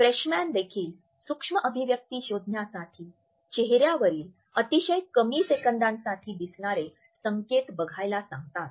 freshman देखील सूक्ष्म अभिव्यक्ती शोधण्यासाठी चेहऱ्यावरील अतिशय कमी सेकंदासाठी दिसणारे संकेत बघायला सांगतात